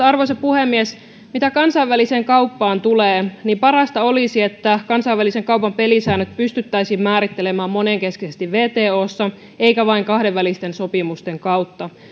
arvoisa puhemies mitä kansainväliseen kauppaan tulee niin parasta olisi että kansainvälisen kaupan pelisäännöt pystyttäisiin määrittelemään monenkeskisesti wtossa eikä vain kahdenvälisten sopimusten kautta